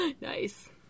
Nice